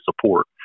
support